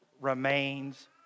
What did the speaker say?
remains